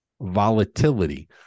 volatility